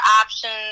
options